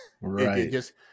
Right